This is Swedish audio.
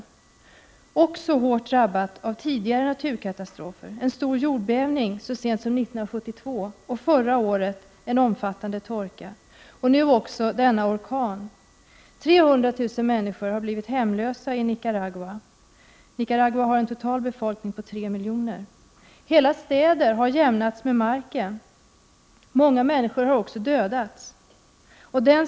Det är också hårt drabbat av tidigare naturkatastrofer: en stor jordbävning så sent som 1972, och en omfattande torka förra året. Och nu också denna orkan! 300 000 människor har blivit hemlösa i Nicaragua. Nicaragua har en total befolkning på tre miljoner. Hela städer har jämnats med marken. Många människor har också dödats.